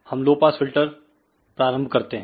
तो हम low pass filter प्रारंभ करते हैं